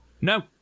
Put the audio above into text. No